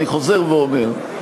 ואני חוזר ואומר,